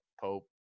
Pope